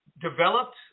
developed